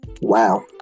wow